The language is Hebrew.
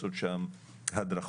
לעשות שם הדרכות